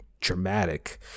dramatic